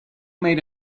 made